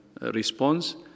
response